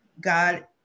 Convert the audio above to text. God